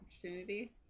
opportunity